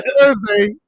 Thursday